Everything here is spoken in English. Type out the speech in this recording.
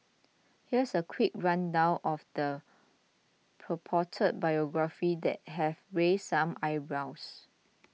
here's a quick rundown of the purported biography that have raised some eyebrows